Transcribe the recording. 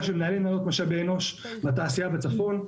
של מנהלי משאבי אנוש בתעשייה בצפון,